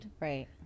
Right